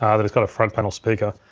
um that it's got a front panel speaker.